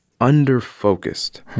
under-focused